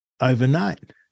overnight